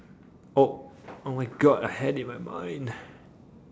oh oh my god I had it in my mind